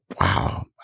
Wow